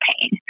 pain